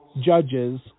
Judges